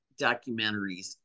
documentaries